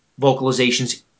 vocalizations